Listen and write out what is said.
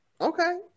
Okay